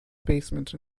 basement